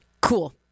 Cool